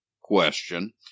question